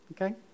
okay